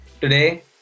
Today